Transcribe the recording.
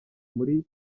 muri